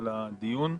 על הדיון.